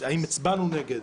אם הצבענו נגד,